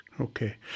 Okay